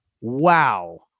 Wow